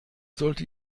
sollte